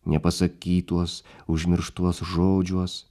nepasakytuos užmirštuos žodžiuos